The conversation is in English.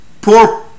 poor